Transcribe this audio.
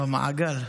במעגל.